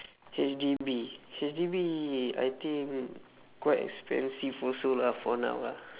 H_D_B H_D_B I think quite expensive also lah for now lah